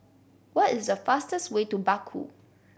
what is the fastest way to Baku